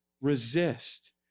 resist